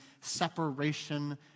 separation